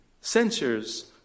censures